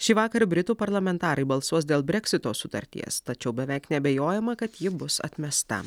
šįvakar britų parlamentarai balsuos dėl breksito sutarties tačiau beveik neabejojama kad ji bus atmesta